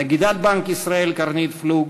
נגידת בנק ישראל קרנית פלוג,